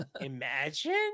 imagine